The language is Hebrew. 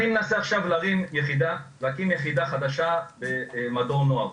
אני מנסה להקים עכשיו יחידה חדשה במדור נוער,